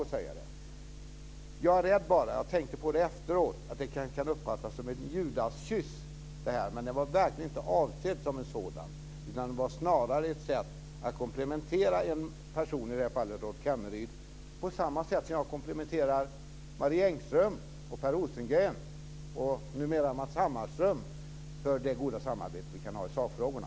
Jag är bara rädd - jag tänkte på det efteråt - att det kanske kan uppfattas som en judaskyss. Det var verkligen inte avsett som en sådan. Det var snarare ett sätt att komplimentera en person, i det här fallet Rolf Kenneryd, på samma sätt som jag komplimenterar Hammarström för det goda samarbete vi kan ha i sakfrågorna.